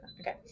Okay